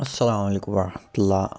اَسَلامُ علیکُم وَرَحمَتُہ اللہ